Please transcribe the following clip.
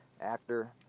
Actor